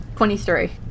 Twenty-three